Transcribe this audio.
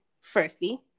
firstly